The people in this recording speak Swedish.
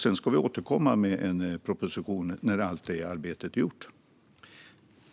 Därefter, när allt detta arbete är gjort, ska vi återkomma med en proposition.